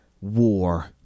War